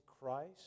Christ